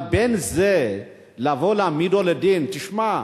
אבל בין זה לבין לבוא ולהעמידו לדין, תשמע,